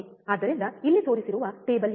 ಆದ್ದರಿಂದ ಇಲ್ಲಿ ತೋರಿಸಿರುವ ಟೇಬಲ್ ಯಾವುದು